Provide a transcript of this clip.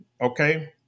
okay